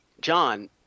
John